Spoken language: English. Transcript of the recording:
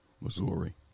Missouri